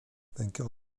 vainqueur